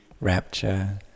rapture